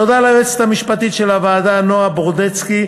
תודה ליועצת המשפטית של הוועדה נועה ברודסקי-לוי,